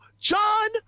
John